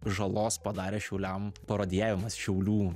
žalos padarė šiauliam parodijavimas šiaulių